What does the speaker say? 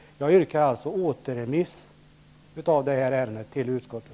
Jag yrkar på återremiss av detta ärende till utskottet.